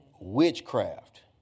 Witchcraft